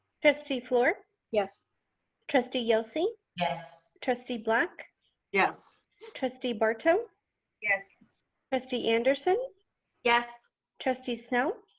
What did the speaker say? trustee fluor yes trustee yelsey yes trustee black yes trustee barto yes trustee anderson yes trustee snell